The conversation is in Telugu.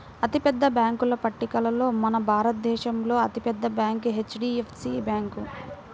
అతిపెద్ద బ్యేంకుల పట్టికలో మన భారతదేశంలో అతి పెద్ద బ్యాంక్ హెచ్.డీ.ఎఫ్.సీ బ్యాంకు